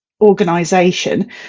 organization